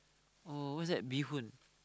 oh what's that bee-hoon